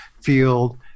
field